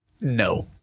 no